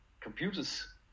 computers